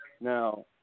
Now